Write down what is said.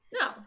No